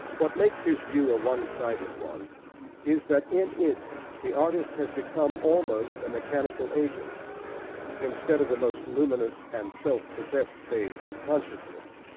what makes his view a one-sided one is, that in it the artist has become almost a mechanical agent instead of the most luminous and self-possessed phase of consciousness,